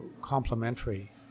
complementary